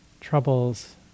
troubles